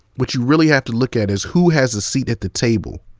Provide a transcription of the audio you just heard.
what you really have to look at is who has a seat at the table,